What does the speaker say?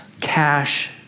Cash